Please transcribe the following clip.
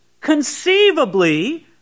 conceivably